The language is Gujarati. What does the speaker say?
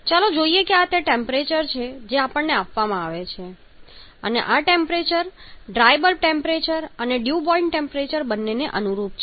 ચાલો જોઇએ કે આ તે ટેમ્પરેચર છે જે આપણને આપવામાં આવે છે અને આ ટેમ્પરેચર ડ્રાય બલ્બ ટેમ્પરેચર અને ડ્યૂ પોઇન્ટ ટેમ્પરેચર બંનેને અનુરૂપ છે